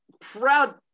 proud